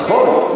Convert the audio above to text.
נכון,